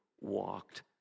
walked